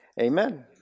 amen